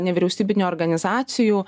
nevyriausybinių organizacijų